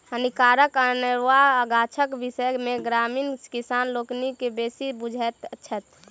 हानिकारक अनेरुआ गाछक विषय मे ग्रामीण किसान लोकनि बेसी बुझैत छथि